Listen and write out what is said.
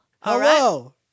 Hello